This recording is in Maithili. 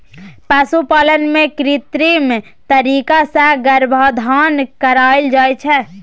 पशुपालन मे कृत्रिम तरीका सँ गर्भाधान कराएल जाइ छै